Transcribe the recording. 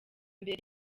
mbere